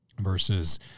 versus